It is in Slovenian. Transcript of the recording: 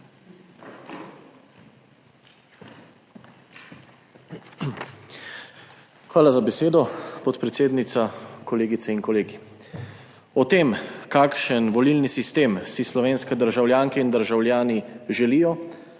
Hvala za besedo, podpredsednica. Kolegice in kolegi! O tem, kakšen volilni sistem si slovenske državljanke in državljani želijo,